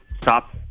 stop